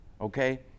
okay